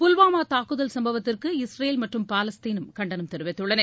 புல்வாமா தாக்குதல் சம்பவத்திற்கு இஸ்ரேல் மற்றும் பாலஸ்தீன் கண்டனம் தெரிவித்துள்ளன